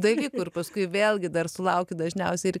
dalykų ir paskui vėlgi dar sulaukiu dažniausiai ir